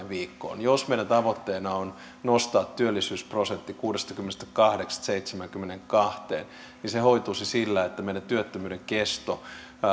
viikkoon jos meidän tavoitteenamme on nostaa työllisyysprosentti kuudestakymmenestäkahdeksasta seitsemäänkymmeneenkahteen niin se hoituisi sillä että meillä työttömyyden kesto